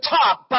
top